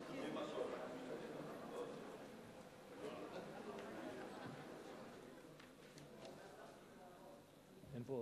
אין פה